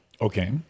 Okay